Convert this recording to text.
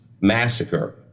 massacre